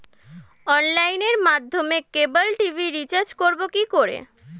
অনলাইনের মাধ্যমে cable TV recharge করব কি করে?